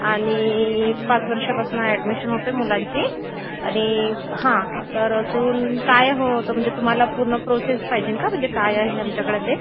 आणि पाच वर्षापासून ॲडमिशन होत आहे मुलांची आणि हा हा तर अजून काय हवं होतं म्हणजे तुम्हाला पूर्ण प्रोसेस पाहिजे का म्हणजे काय आहे आमच्याकडं ते